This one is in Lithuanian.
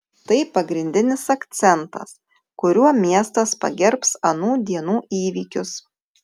tai pagrindinis akcentas kuriuo miestas pagerbs anų dienų įvykius